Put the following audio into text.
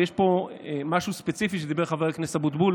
ויש פה משהו ספציפי שעליו דיבר חבר הכנסת אבוטבול.